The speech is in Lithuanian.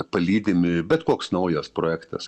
palydimi bet koks naujas projektas